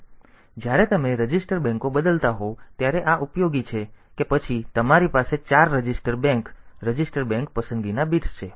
તેથી જ્યારે તમે રજિસ્ટર બેંકો બદલતા હોવ ત્યારે આ ઉપયોગી છે કે પછી તમારી પાસે ચાર રજિસ્ટર બેંક રજિસ્ટર બેંક પસંદગીના બિટ્સ છે